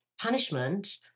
punishment